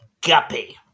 guppy